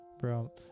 bro